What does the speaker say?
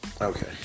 okay